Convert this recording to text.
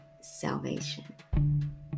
salvation